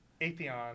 Atheon